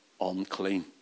unclean